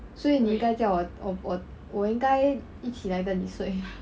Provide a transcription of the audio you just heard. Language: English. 所以你应该叫我我我我应该一起来跟你睡